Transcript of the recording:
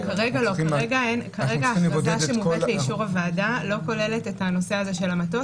כרגע ההכרזה שמובאת לאישור הוועדה לא כוללת את הנושא הזה של המטוס.